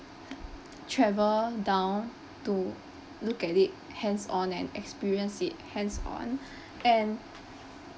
travel down to look at it hands on and experience it hands on and